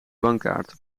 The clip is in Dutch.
bankkaart